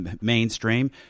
mainstream—